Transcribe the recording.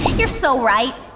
you're so right.